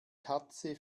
katze